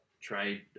trade